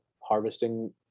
harvesting